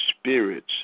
spirits